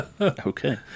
Okay